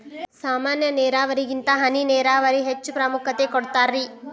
ಸಾಮಾನ್ಯ ನೇರಾವರಿಗಿಂತ ಹನಿ ನೇರಾವರಿಗೆ ಹೆಚ್ಚ ಪ್ರಾಮುಖ್ಯತೆ ಕೊಡ್ತಾರಿ